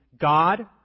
God